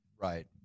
Right